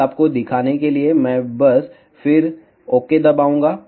बस आपको दिखाने के लिए मैं बस फिर ओके दबाऊंगा